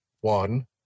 one